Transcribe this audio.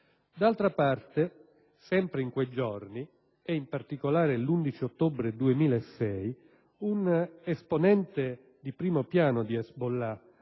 D'altra parte, sempre in quei giorni, e in particolare l'11 ottobre 2006, un esponente di primo piano di Hezbollah,